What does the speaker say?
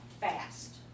fast